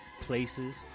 places